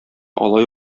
алай